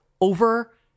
over